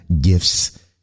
gifts